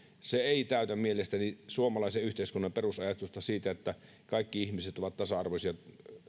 se ei täytä mielestäni suomalaisen yhteiskunnan perusajatusta siitä että kaikki ihmiset ovat tasa arvoisia